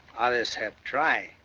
others have tried.